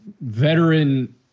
veteran